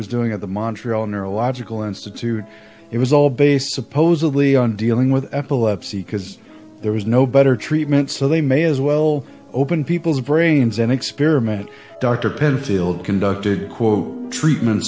was doing at the montral neurological institute it was all based supposedly on dealing with epilepsy because there was no better treatment so they may as well open people's brains an experiment dr pitiless conducted quote treatments